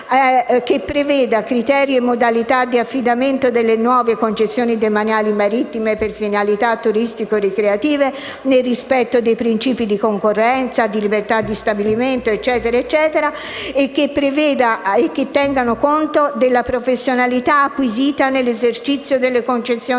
prevedere criteri e modalità di affidamento delle nuove concessioni demaniali marittime per finalità turistico-ricreative nel rispetto dei principi di concorrenza, di libertà di stabilimento, che tengano conto della professionalità acquisita nell'esercizio delle concessioni